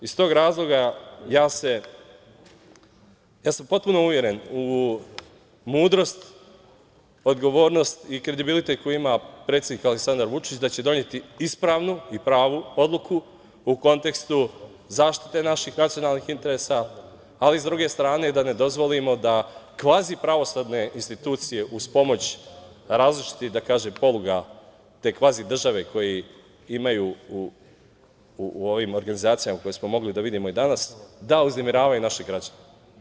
Iz tog razloga, ja sam potpuno uveren u mudrost, odgovornost i kredibilitet koji ima predsednik Aleksandar Vučić da će doneti ispravnu i pravu odluku u kontekstu zaštite naših nacionalnih interesa, ali sa druge strane da ne dozvolimo da kvazi pravosudne institucije uz pomoć različitih, da kažem, poluga te kvazi države koji imaju u ovim organizacijama koje smo mogli da vidimo i danas, da uznemiravaju naše građane.